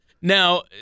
Now